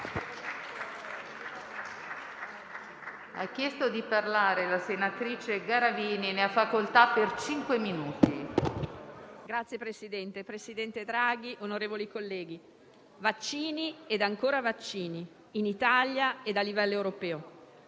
Signor Presidente, presidente Draghi, onorevoli colleghi, vaccini ed ancora vaccini, in Italia a livello europeo: